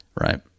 right